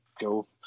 go